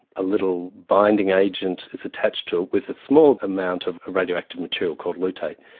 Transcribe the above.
a little binding agent is attached to it with a small amount of radioactive material called lutate.